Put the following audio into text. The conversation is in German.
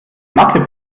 mathe